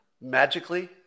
magically